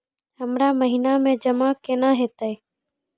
हमरा महिना मे जमा केना हेतै?